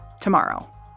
tomorrow